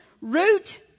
Root